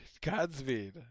Godspeed